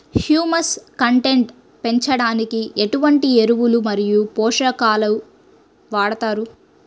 Humus content పెంచడానికి ఎటువంటి ఎరువులు మరియు పోషకాలను వాడతారు?